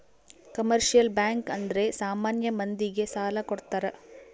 commercial bank ಅಂದ್ರೆ ಸಾಮಾನ್ಯ ಮಂದಿ ಗೆ ಸಾಲ ಕೊಡ್ತಾರ